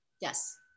Yes